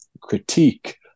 critique